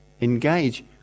engage